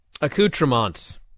accoutrements